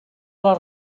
les